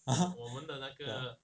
(uh huh)